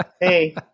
Hey